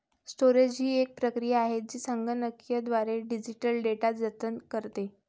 storage ही एक प्रक्रिया आहे जी संगणकीयद्वारे डिजिटल डेटा जतन करते